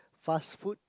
fast food